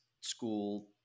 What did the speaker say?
school